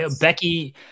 Becky